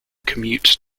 commute